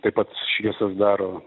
taip pat šviesas daro